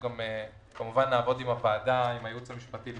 וכמובן נעבוד עם הייעוץ המשפטי של